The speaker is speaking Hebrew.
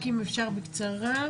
רק אם אפשר בקצרה.